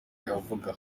avuga